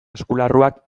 eskularruak